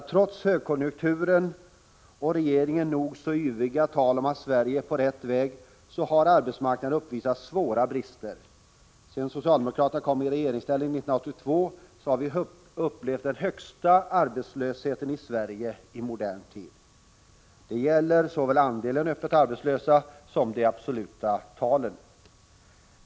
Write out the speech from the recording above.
Trots högkonjunktur och regeringens nog så yviga tal om att Sverige är på rätt väg har arbetsmarknaden uppvisat svåra brister. Sedan socialdemokraterna kom i regeringsställning 1982 har vi upplevt den högsta arbetslösheten i Sverige i modern tid. Det gäller såväl andelen öppet arbetslösa som de absoluta talen.